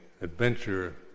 adventure